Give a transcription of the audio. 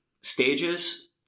stages